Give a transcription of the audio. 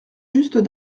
just